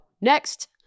Next